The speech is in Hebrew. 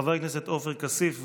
חבר הכנסת עופר כסיף,